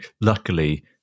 Luckily